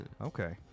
Okay